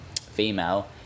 female